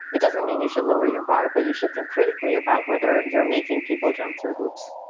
it doesn't mean you should lower your bar, but you should think critically about whether you're making people jump through hoops